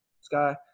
sky